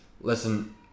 Listen